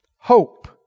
hope